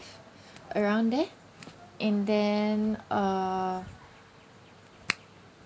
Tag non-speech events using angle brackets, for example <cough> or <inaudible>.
<breath> around there and then uh